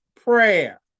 prayer